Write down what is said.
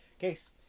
case